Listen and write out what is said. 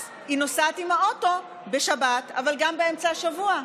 אז היא נוסעת עם האוטו בשבת, אבל גם באמצע השבוע.